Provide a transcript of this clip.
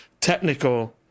technical